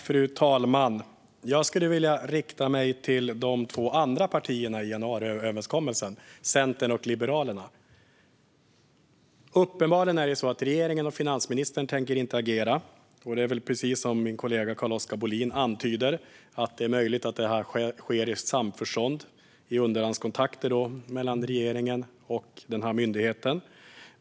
Fru talman! Jag skulle vilja rikta mig till de två andra partierna i januariöverenskommelsen, Centern och Liberalerna. Uppenbarligen är det så att regeringen och finansministern inte tänker agera. Som min kollega Carl-Oskar Bohlin antyder är det möjligt att det här sker i samförstånd genom underhandskontakter mellan regeringen och myndigheten.